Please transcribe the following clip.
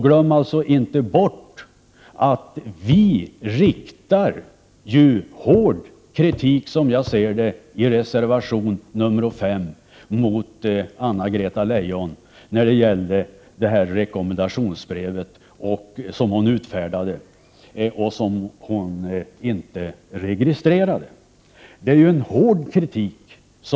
Glöm alltså inte bort att vi riktar hård kritik, som jag ser det, i reservation 5 mot Anna-Greta Leijon när det gäller det rekommendationsbrev som hon utfärdade och som hon inte registrerade.